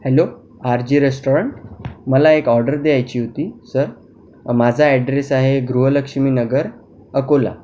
hello R J restaurant मला एक order द्यायची होती सर माझा ऍड्रेस आहे गृहलक्ष्मीनगर अकोला